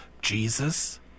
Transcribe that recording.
Jesus